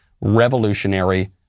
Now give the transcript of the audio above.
revolutionary